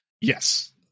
yes